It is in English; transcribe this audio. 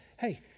hey